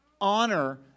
honor